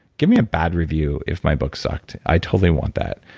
give me a bad review if my book sucked. i totally want that.